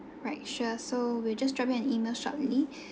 right sure so we'll just drop you an email shortly